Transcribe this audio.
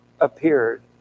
appeared